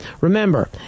Remember